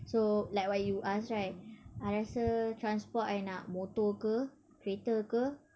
so like what you asked right I rasa transport I nak motor ke kereta ke